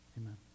amen